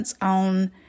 on